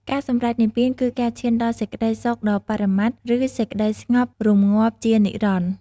ការសម្រេចនិព្វាន គឺការឈានដល់សេចក្តីសុខដ៏បរមត្ថ ឬសេចក្តីស្ងប់រម្ងាប់ជានិរន្តរ៍។